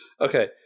Okay